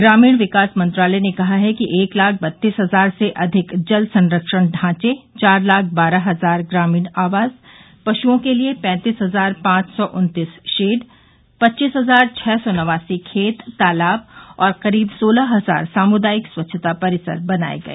ग्रामीण विकास मंत्रालय ने कहा है कि एक लाख बत्तीस हजार से अधिक जल संरक्षण ढांचे चार लाख बारह हजार ग्रामीण आवास पश्ओं के लिए पैंतीस हजार पांच सौ उन्तीस शेड पच्चीस हजार छह सौ नवासी खेत तालाब और करीब सोलह हजार सामुदायिक स्वच्छता परिसर बनाए गए